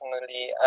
personally